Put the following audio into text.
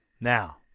Now